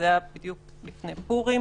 זה היה בדיוק לפני פורים.